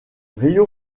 rio